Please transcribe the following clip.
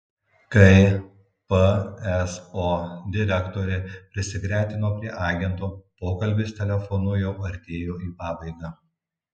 kai pso direktorė prisigretino prie agento pokalbis telefonu jau artėjo į pabaigą